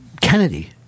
Kennedy